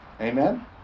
Amen